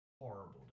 Horrible